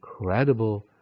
incredible